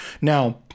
Now